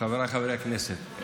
חבריי חברי הכנסת,